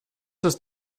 ist